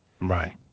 Right